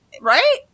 right